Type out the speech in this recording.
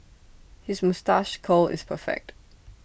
his moustache curl is perfect